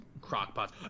crockpots